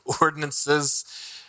ordinances